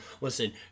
listen